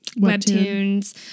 webtoons